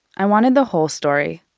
i wanted the whole story.